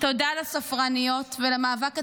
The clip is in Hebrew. תודה לספרניות ולמאבק הציבורי,